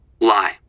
lie